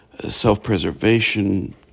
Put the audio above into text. self-preservation